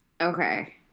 Okay